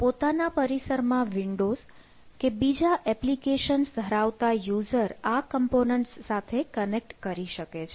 પોતાના પરિસરમાં વિન્ડોઝ કે બીજા એપ્લિકેશન્સ ધરાવતા યુઝર આ કમ્પોનન્ટ્સ સાથે કનેક્ટ કરી શકે છે